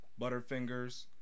Butterfingers